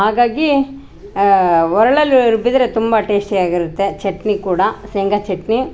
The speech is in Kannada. ಹಾಗಾಗಿ ಒರಳಲ್ಲಿ ರುಬ್ಬಿದರೆ ತುಂಬ ಟೇಸ್ಟಿ ಆಗಿರತ್ತೆ ಚಟ್ನಿ ಕೂಡ ಶೇಂಗ ಚಟ್ನಿ